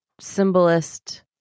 symbolist